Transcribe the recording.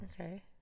Okay